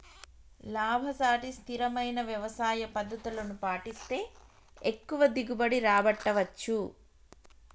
లాభసాటి స్థిరమైన వ్యవసాయ పద్దతులను పాటిస్తే ఎక్కువ దిగుబడి రాబట్టవచ్చు